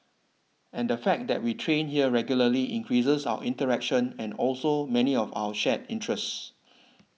and the fact that we train here regularly increases our interaction and also many of our shared interests